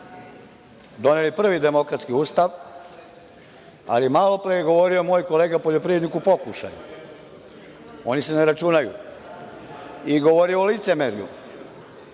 doneli prvi demokratski Ustav, ali malopre je govorio moj kolega poljoprivrednik u pokušaju, oni se ne računaju, i govorio o licemerju.